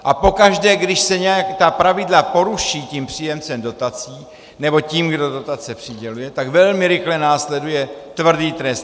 A pokaždé, když se ta pravidla poruší tím příjemcem dotací nebo tím, kdo dotace přiděluje, tak velmi rychle následuje tvrdý trest.